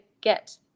get